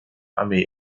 armee